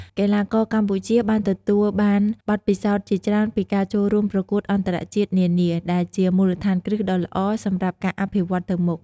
កីឡាករកម្ពុជាបានទទួលបានបទពិសោធន៍ជាច្រើនពីការចូលរួមប្រកួតអន្តរជាតិនានា ដែលជាមូលដ្ឋានគ្រឹះដ៏ល្អសម្រាប់ការអភិវឌ្ឍទៅមុខ។